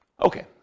okay